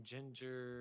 Ginger